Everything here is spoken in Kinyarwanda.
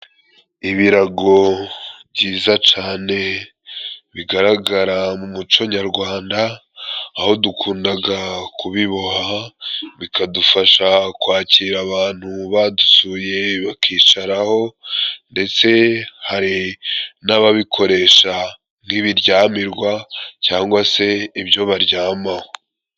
Ibirago byiza cane bigaragara mu muco nyarwanda aho dukundaga kubiboha bikadufasha kwakira abantu badusuye bakicaraho, ndetse hari n'ababikoresha nk'ibiryamirwa cyangwa se ibyo baryamaho.